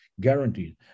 guaranteed